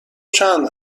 چند